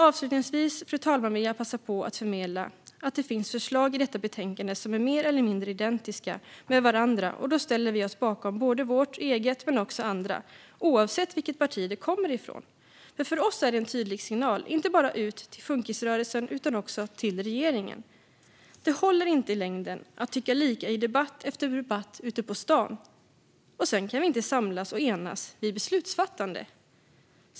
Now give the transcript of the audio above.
Avslutningsvis, fru talman, vill jag passa på att förmedla att det finns förslag i detta betänkande som är mer eller mindre identiska med varandra. Då ställer vi oss bakom både vårt eget men också andra, oavsett vilket parti det kommer ifrån. För oss är det en tydlig signal, inte bara ut till funkisrörelsen utan också till regeringen. Det håller inte i längden att tycka lika i debatt efter debatt ute på stan, och sedan inte kunna samlas och enas vid beslutsfattande.